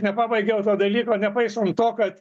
nepabaigiau to dalyko nepaisant to kad